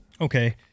Okay